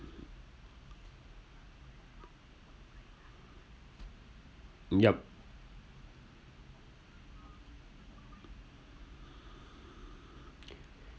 yup